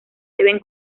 deben